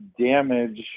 damage